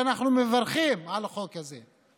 ואנחנו מברכים על החוק הזה,